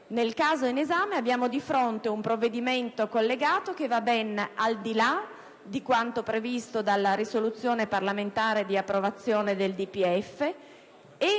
nel caso in esame, abbiamo di fronte un provvedimento collegato che va ben al di là di quanto previsto dalla risoluzione parlamentare di approvazione del DPEF.